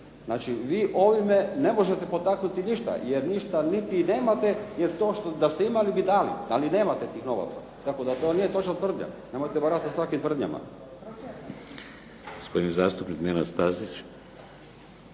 Znači vi ovime ne možete potaknuti ništa, jer ništa niti nemate. Jer to da ste imali bi dali, ali nemate tih novaca. Tako da to nije točna tvrdnja. Nemojte baratati sa takvim tvrdnjama.